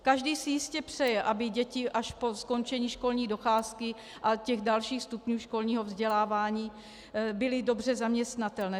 Každý si jistě přeje, aby děti po skončení školní docházky a dalších stupňů školního vzdělávání byly dobře zaměstnatelné.